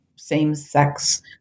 same-sex